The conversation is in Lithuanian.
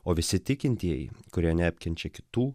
o visi tikintieji kurie neapkenčia kitų